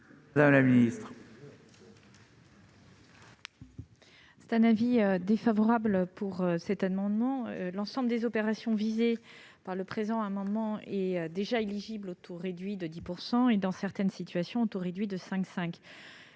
madame la ministre